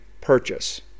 purchase